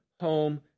home